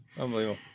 Unbelievable